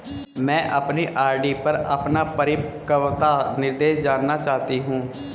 मैं अपनी आर.डी पर अपना परिपक्वता निर्देश जानना चाहती हूँ